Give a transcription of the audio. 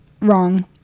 Wrong